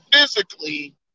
physically